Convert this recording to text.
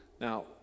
Now